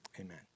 Amen